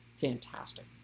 fantastic